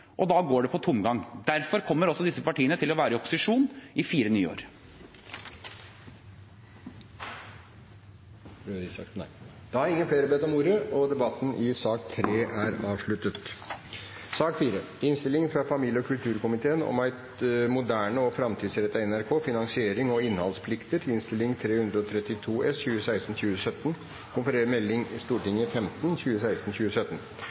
og da går det på tomgang. Derfor kommer også disse partiene til å være i opposisjon i fire nye år. Flere har ikke bedt om ordet til sak nr. 3. Etter ønske fra familie- og kulturkomiteen vil presidenten foreslå at debatten blir begrenset til 1 time og